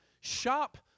shop